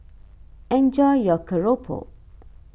enjoy your Keropok